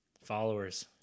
Followers